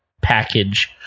package